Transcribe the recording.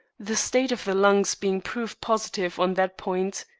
the state of the lungs being proof positive on that point.